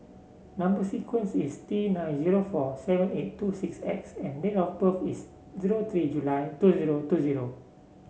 number sequence is T nine zero four seven eight two six X and date of birth is zero three July two zero two zero